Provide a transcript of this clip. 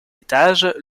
étage